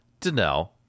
Danelle